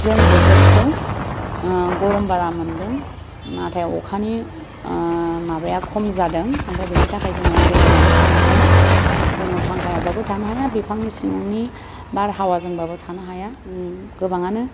जों बोथोरखौ गरम बारा मोनदों नाथाय अखानि माबाया खम जादों ओमफ्राय बेनि थाखाय जोंङो गरमाबो थानो हाया जोङो फांखायावबाबो थानो हाया बिफांनि सिंनि बारहावा जोंबाबो थानो हाया गोबांआनो